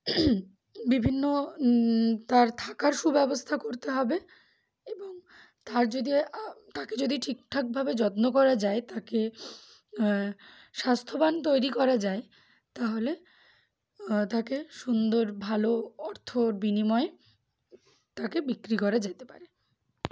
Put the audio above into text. বিভিন্ন তার থাকার সুব্যবস্থা করতে হবে এবং তার যদি তাকে যদি ঠিক ঠাকভাবে যত্ন করা যায় তাকে স্বাস্থ্যবান তৈরি করা যায় তাহলে তাকে সুন্দর ভালো অর্থ বিনিময়ে তাকে বিক্রি করা যেতে পারে